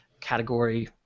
category